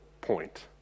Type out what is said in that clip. point